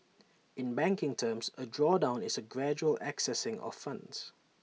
in banking terms A drawdown is A gradual accessing of funds